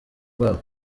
bwabo